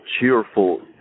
cheerful